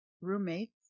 roommates